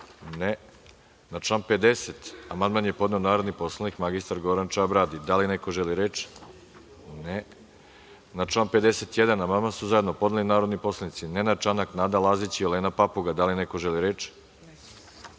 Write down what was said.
(Ne.)Na član 50. amandman je podneo narodni poslanik mr Goran Čabradi. Da li neko želi reč? (Ne.)Na član 51. amandman su zajedno podneli narodni poslanici Nenad Čanak, Nada Lazić i Olena Papuga. Da li neko želi reč?